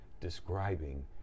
describing